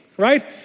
right